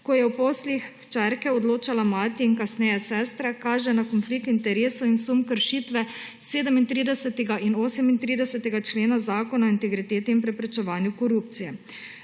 ko je o poslih hčerke odločala mati in kasneje sestra, kaže na konflikt interesov in sum kršitve 37. in 38. člena Zakona o integriteti in preprečevanju korupcije.